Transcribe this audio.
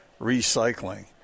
recycling